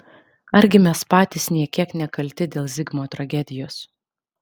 argi mes patys nė kiek nekalti dėl zigmo tragedijos